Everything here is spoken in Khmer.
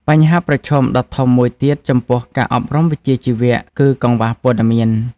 បញ្ហាប្រឈមដ៏ធំមួយទៀតចំពោះការអប់រំវិជ្ជាជីវៈ គឺកង្វះព័ត៌មាន។